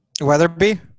Weatherby